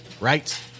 right